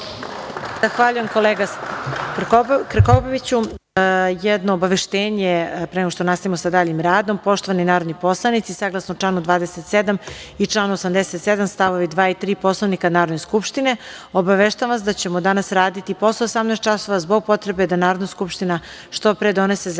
Zahvaljujem kolega Krkobabiću. Jedno obaveštenje, pre nego što nastavimo sa daljim radom. Poštovani narodni poslanici, saglasno članu 27. i članu 87. stavovi 2. i 3. Poslovnika Narodne skupštine obaveštavam vas da ćemo danas raditi i posle 18 časova zbog potrebe da Narodna skupština što pre donese zakone